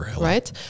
Right